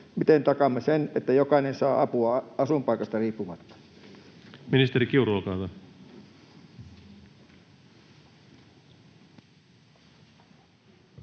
Miten takaamme sen, että jokainen saa apua asuinpaikasta riippumatta?